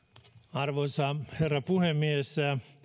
arvoisa herra puhemies